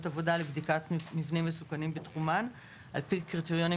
עבודה לבדיקת מבנים מסוכנים בתחומן על פי קריטריונים